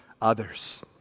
others